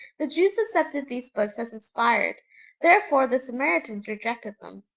the jews accepted these books as inspired therefore the samaritans rejected them.